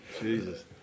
jesus